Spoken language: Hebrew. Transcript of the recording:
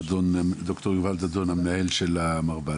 ד"ר יובל דאדון, מנהל המרב"ד.